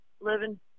living